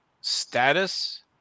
Status